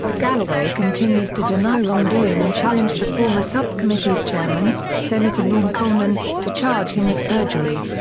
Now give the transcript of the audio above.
galloway continues to deny wrongdoing and challenged the former subcommittee's chairman, senator norm coleman, to charge him with perjury.